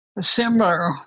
similar